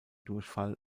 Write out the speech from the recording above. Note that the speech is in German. durchfall